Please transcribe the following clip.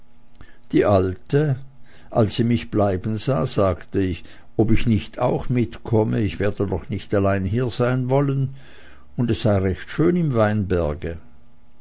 die alte als sie mich bleiben sah sagte ob ich nicht auch mitkomme ich werde doch nicht allein hiersein wollen und es sei recht schön im weinberge